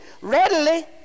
readily